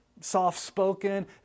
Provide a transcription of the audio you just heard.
soft-spoken